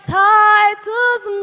title's